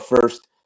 first